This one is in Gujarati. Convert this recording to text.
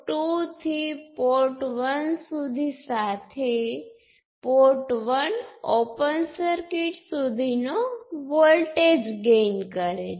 તેથી પોર્ટ 1 આપણી પાસે વોલ્ટેજ V1 અને કરંટ I1 અને પોર્ટ 2 વોલ્ટેજ V2 અને કરંટ I2 સાથે છે